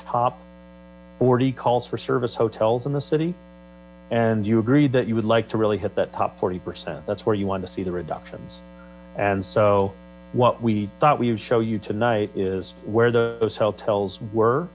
top forty calls for service hotels in the city and you agreed that you would like to really hit that top forty percent that's where you want to see the reductions and so what we thought we would show you tonight is where the those hotels were